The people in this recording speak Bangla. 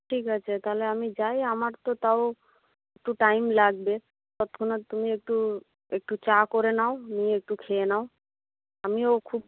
ঠিক আছে তাহলে আমি যাই আমার তো তাও একটু টাইম লাগবে ততক্ষণে তুমি একটু একটু চা করে নাও নিয়ে একটু খেয়ে নাও আমিও খুব